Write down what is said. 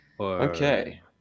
Okay